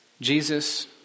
Jesus